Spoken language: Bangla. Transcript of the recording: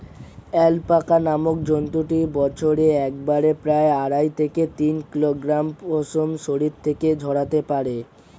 অ্যালপাকা নামক জন্তুটি বছরে একবারে প্রায় আড়াই থেকে তিন কিলোগ্রাম পশম শরীর থেকে ঝরাতে পারে